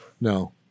No